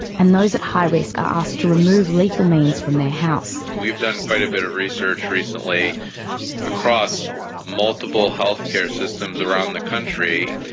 and those at high risk are asked to remove lethal means from their house. we've done quite a bit of research recently across multiple healthcare systems around the country,